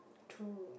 true